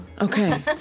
Okay